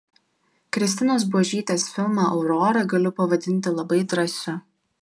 kristinos buožytės filmą aurora galiu pavadinti labai drąsiu